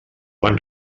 van